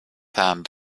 hand